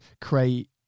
create